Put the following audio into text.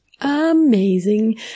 Amazing